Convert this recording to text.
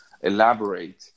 Elaborate